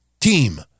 team